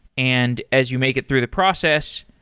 and as you make it through the process,